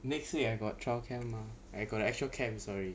next week I got trial camp mah I got the actual camp sorry